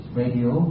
radio